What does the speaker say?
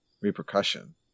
repercussion